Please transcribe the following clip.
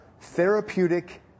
therapeutic